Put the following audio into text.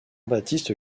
baptiste